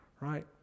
right